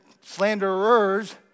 slanderers